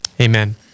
Amen